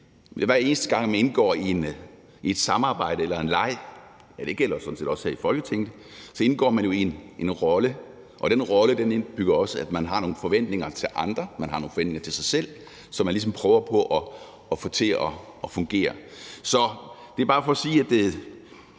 og det gælder jo sådan set også her i Folketinget, indgår man i en rolle, og den rolle har også indbygget i sig, at man har nogle forventninger til andre, man har nogle forventninger til sig selv, så man ligesom prøver på at få det til at fungere. Det er bare for at sige: